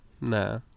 Nah